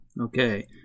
Okay